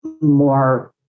more